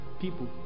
people